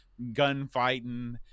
gunfighting